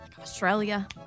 Australia